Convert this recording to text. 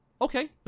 okay